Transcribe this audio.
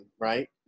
right